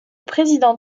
président